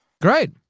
Great